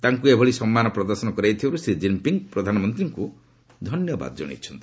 ତାଙ୍କ ଏଭଳି ସମ୍ମାନ ପ୍ରଦର୍ଶନ କରାଯାଇଥିବାରୁ ଶ୍ରୀ ଜିନ୍ପିଙ୍ଗ୍ ପ୍ରଧାନମନ୍ତ୍ରୀଙ୍କୁ ଧନ୍ୟବାଦ ଜଣାଇଛନ୍ତି